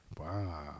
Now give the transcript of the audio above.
Wow